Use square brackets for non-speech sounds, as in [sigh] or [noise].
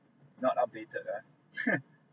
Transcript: ah not updated ah [laughs]